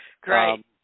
Great